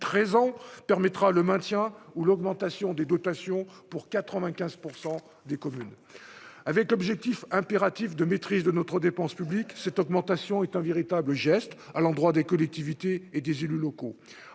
13 ans permettra le maintien ou l'augmentation des dotations pour 95 % des communes avec l'objectif impératif de maîtrise de notre dépense publique, cette augmentation est un véritable geste à l'endroit des collectivités et des élus locaux,